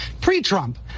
pre-Trump